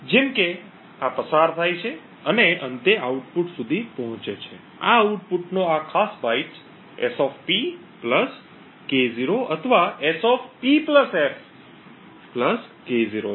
જેમ કે આ પસાર થાય છે અને અંતે આઉટપુટ સુધી પહોંચે છે આ આઉટપુટનો આ ખાસ બાઇટ SP K0 અથવા S P f K0 છે